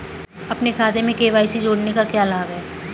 अपने खाते में के.वाई.सी जोड़ने का क्या लाभ है?